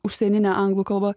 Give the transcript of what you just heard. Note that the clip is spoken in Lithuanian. užsienine anglų kalba